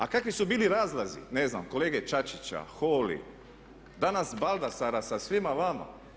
A kakvi su bili razlazi ne znam kolege Čačića, Holy, danas Baldasara sa svima vama.